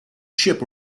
ship